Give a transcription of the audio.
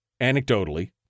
anecdotally